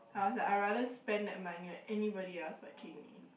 I was like I rather spend that money on anybody else but Keng-Yi